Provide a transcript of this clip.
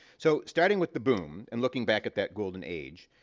so starting with the boom and looking back at that golden age,